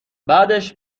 بعدش